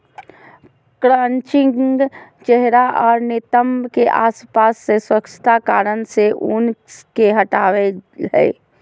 crutching चेहरा आर नितंब के आसपास से स्वच्छता कारण से ऊन के हटावय हइ